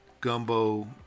gumbo